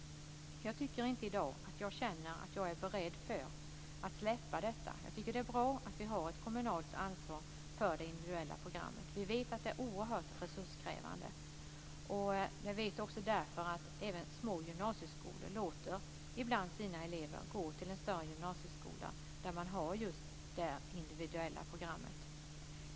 Jag tycker inte i dag att jag är beredd att släppa detta. Jag tycker att det är bra att vi har ett kommunalt ansvar för det individuella programmet. Vi vet att det är oerhört resurskrävande, och vi vet också därför att även små gymnasieskolor ibland låter sina elever gå till en större gymnasieskola där man har just det individuella programmet.